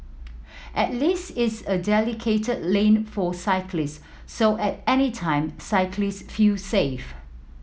at least it's a dedicated lane for cyclist so at any time cyclist feel safe